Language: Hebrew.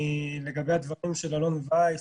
לגבי הדברים של אלון וייס,